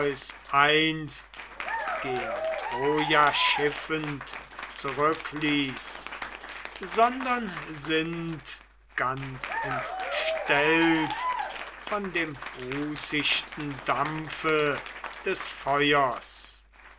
einst gen troja schiffend zurückließ sondern sind ganz entstellt von dem rußichten dampfe des feuers